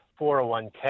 401k